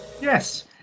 Yes